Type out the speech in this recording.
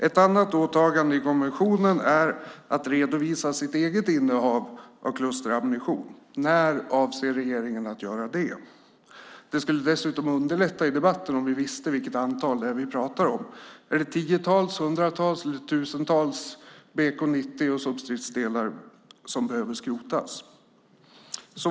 Ett annat åtagande enligt konventionen är att redovisa det egna innehavet av klusterammunition. När avser regeringen att redovisa det? Det skulle dessutom underlätta i debatten om vi visste vilket antal vi pratar om. Är det tiotals, hundratals eller tusentals BK90 och substridsdelar som behöver skrotas?